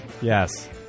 Yes